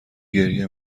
گریه